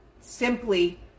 simply